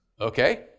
Okay